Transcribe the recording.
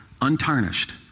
untarnished